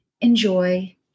Enjoy